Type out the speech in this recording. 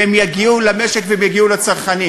והם יגיעו למשק והם יגיעו לצרכנים.